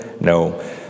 No